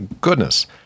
goodness